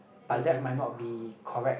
but that might not be correct